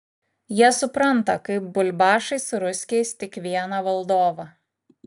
jie supranta kaip bulbašai su ruskiais tik vieną valdovą